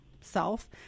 self